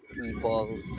people